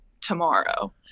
tomorrow